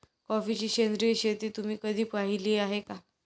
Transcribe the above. कॉफीची सेंद्रिय शेती तुम्ही कधी पाहिली आहे का?